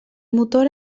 motor